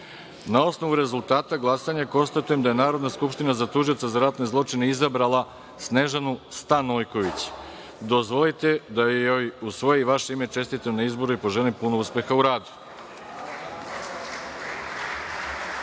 osnovu rezultata glasanja konstatujem da je Narodna skupština za tužioca za ratne zločine izabrala Snežanu Stanojković. Dozvolite da joj u svoje i vaše ime čestitam na izboru i poželim puno uspeha u